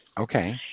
Okay